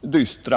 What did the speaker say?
dystra.